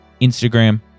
Instagram